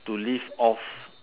to live off